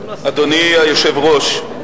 אדוני היושב-ראש,